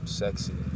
sexy